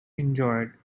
enjoyed